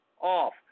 off